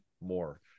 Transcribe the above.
more